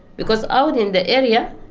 because out in the area,